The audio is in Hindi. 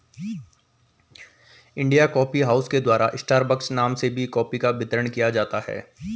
इंडिया कॉफी हाउस के द्वारा स्टारबक्स नाम से भी कॉफी का वितरण किया जाता है